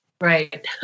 Right